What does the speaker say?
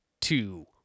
two